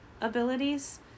abilities